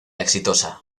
exitosa